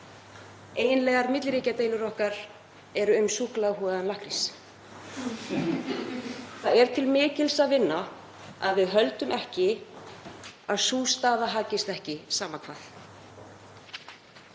Eiginlegar milliríkjadeilur okkar eru um súkkulaðihúðaðan lakkrís. Það er til mikils að vinna að við höldum ekki að sú staða haggist ekki, sama hvað.